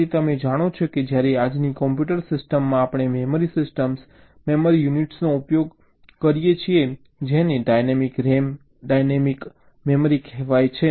તેથી તમે જાણો છો કે જ્યારે આજની કોમ્પ્યુટર સિસ્ટમમાં આપણે મેમરી સિસ્ટમ્સ મેમરી યુનિટ્સનો ઉપયોગ કરીએ છીએ જેને ડાયનેમિક RAM ડાયનેમિક મેમરી કહેવાય છે